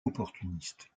opportuniste